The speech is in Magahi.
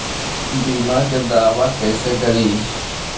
बीमा के दावा कैसे करी?